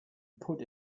put